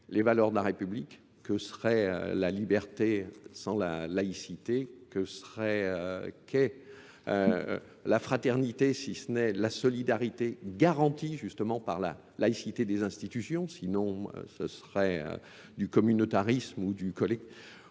les valeurs de la République, que serait la liberté sans la laïcité, que serait qu'est la fraternité, si ce n'est la solidarité, garantie justement par la laïcité des institutions, sinon ce serait du communautarisme ou du collecte.